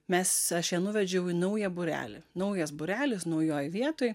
mes aš ją nuvedžiau į naują būrelį naujas būrelis naujoj vietoj